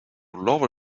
lower